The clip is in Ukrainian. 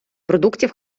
продуктів